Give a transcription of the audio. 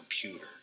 computer